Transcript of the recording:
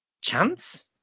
chance